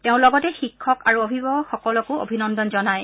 তেওঁ লগতে শিক্ষক আৰু অভিভাৱকসকলকো অভিনন্দন জনায়